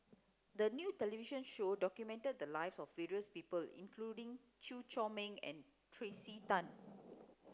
the new television show documented the live of various people including Chew Chor Meng and Tracey Tan